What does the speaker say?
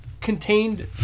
contained